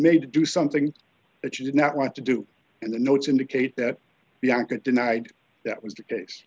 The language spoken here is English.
made to do something that you did not want to do and the notes indicate that bianca denied that was the case